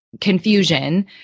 confusion